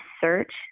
search